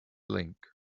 link